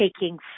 taking